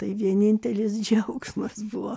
tai vienintelis džiaugsmas buvo